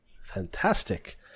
fantastic